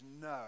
no